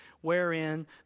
wherein